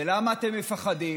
ולמה אתם מפחדים?